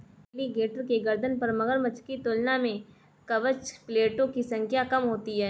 alligator के गर्दन पर मगरमच्छ की तुलना में कवच प्लेटो की संख्या कम होती है